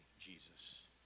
Jesus